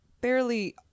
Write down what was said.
barely